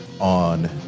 on